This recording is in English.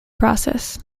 process